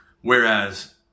Whereas